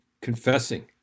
confessing